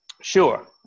Sure